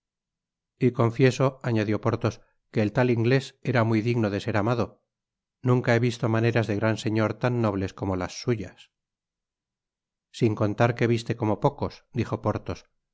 y confieso añadió athos que el tal inglés era muy digno de ser amado nunca he visto maneras de gran señor tan nobles como las suyas sin contar que viste como pocos dijo porthos